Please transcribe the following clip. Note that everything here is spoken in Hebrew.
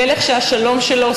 // מלך שהשלום שלו,